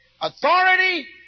Authority